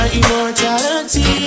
immortality